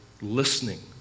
listening